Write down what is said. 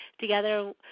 together